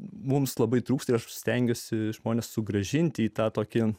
mums labai trūksta aš stengiuosi žmones sugrąžinti į tą tokį